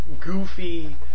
goofy